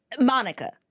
Monica